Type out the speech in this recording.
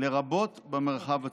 לרבות במרחב הציבורי.